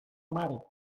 mare